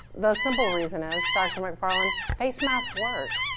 the simple reason is, dr. mcfarland, face masks work.